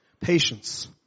Patience